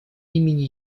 имени